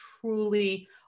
truly